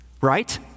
Right